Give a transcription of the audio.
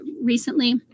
recently